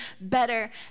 better